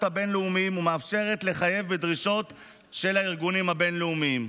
הבין-לאומיים ומאפשרת לחייב בדרישות של הארגונים הבין-לאומיים.